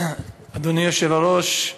אדוני היושב-ראש,